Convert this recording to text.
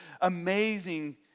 amazing